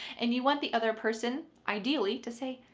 and you want the other person ideally to say,